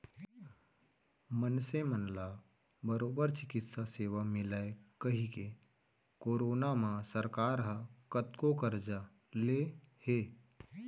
मनसे मन ला बरोबर चिकित्सा सेवा मिलय कहिके करोना म सरकार ह कतको करजा ले हे